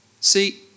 See